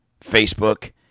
facebook